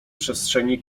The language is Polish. przestrzeni